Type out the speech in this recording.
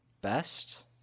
Best